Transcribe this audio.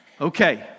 Okay